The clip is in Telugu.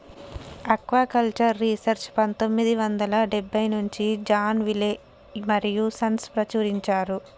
ఆక్వాకల్చర్ రీసెర్చ్ పందొమ్మిది వందల డెబ్బై నుంచి జాన్ విలే మరియూ సన్స్ ప్రచురించారు